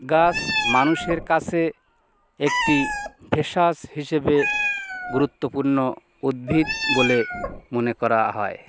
গাছ মানুষের কাছে একটি ভেষজ হিসেবে গুরুত্বপূর্ণ উদ্ভিদ বলে মনে করা হয়